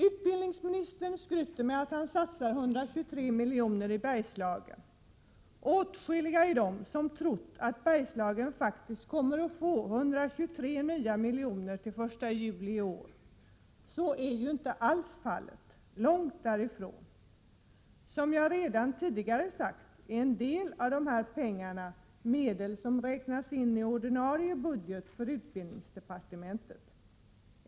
Utbildningsministern skryter med att han satsar 123 miljoner i Bergslagen. Åtskilliga är de som trott att Bergslagen faktistk kommer att få 123 nya miljoner till den 1 juli i år. Men så är inte alls fallet — långt därifrån. Som jag redan tidigare sagt är en del av dessa pengar medel som räknas in i ordinarie budget för utbildningsdepartementet.